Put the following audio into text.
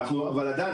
עדיין,